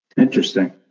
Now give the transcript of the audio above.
Interesting